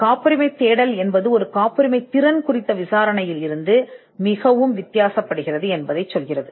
காப்புரிமையின் தேடல் ஒரு காப்புரிமையின் செல்லுபடியாகும் விசாரணையிலிருந்து மிகவும் வித்தியாசமானது என்றும் இது நமக்குச் சொல்கிறது